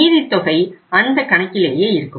மீதி தொகை அந்தக் கணக்கிலேயே இருக்கும்